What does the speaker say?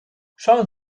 schauen